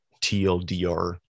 TLDR